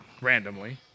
randomly